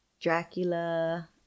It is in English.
Dracula